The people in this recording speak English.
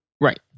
Right